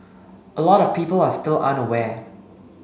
a lot of people are still unaware